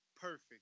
perfect